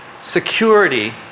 security